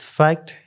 fact